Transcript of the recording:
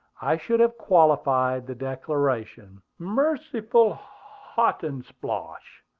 i should have qualified the declaration merciful hotandsplosh!